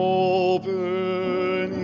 open